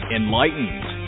enlightened